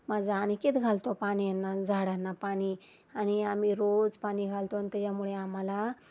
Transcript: माझा आनिकेत घालतो पाणी झाडांना पाणी आणि आम्ही रोज पाणी घालतो आणि त्याच्यामुळे आम्हाला